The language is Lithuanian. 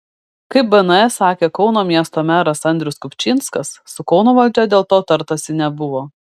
kaip bns sakė kauno miesto meras andrius kupčinskas su kauno valdžia dėl to tartasi nebuvo